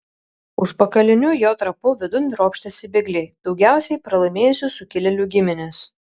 užpakaliniu jo trapu vidun ropštėsi bėgliai daugiausiai pralaimėjusių sukilėlių giminės